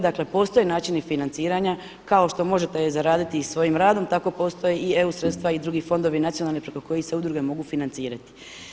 Dakle postoje načini financiranja, kao što možete zaraditi svojim radom tako postoje i eu sredstva i drugi fondovi nacionalni preko kojih se udruge mogu financirati.